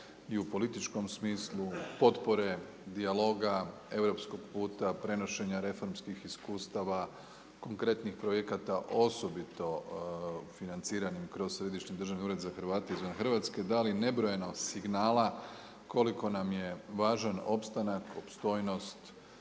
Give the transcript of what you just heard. i u političkom smislu potpore, dijaloga, europskog puta prenošenja reformskih iskustava konkretnih projekata, osobito financiranim kroz Središnji državni ured za Hrvate izvan Hrvatske dali nebrojeno signala koliko nam je važan opstanak, opstojnost